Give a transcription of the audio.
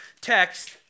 text